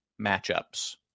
matchups